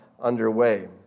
underway